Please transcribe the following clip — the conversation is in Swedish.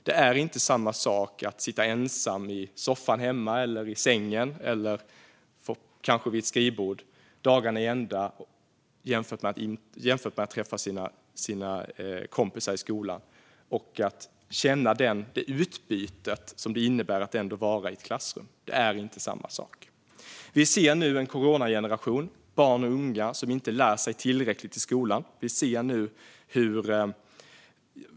Det är inte samma sak att dagarna i ända sitta ensam hemma i soffan, i sängen eller kanske vid ett skrivbord jämfört med att träffa sina kompisar i skolan och få det utbyte det innebär att vara i ett klassrum. Det är inte samma sak. Vi ser nu en coronageneration av barn och unga som inte lär sig tillräckligt i skolan.